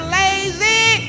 lazy